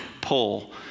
pull